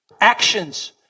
actions